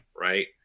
right